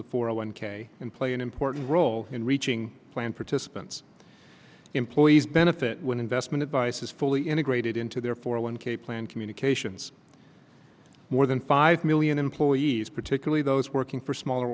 the four one k in play an important role in reaching plan participants employees benefit when investment advice is fully integrated into their four one k plan communications more than five million employees particularly those working for smaller